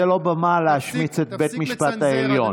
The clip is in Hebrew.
זה לא במה להשמיץ בה את בית המשפט העליון.